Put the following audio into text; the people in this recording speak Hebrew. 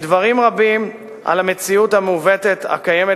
מדברים רבים על המציאות המעוותת הקיימת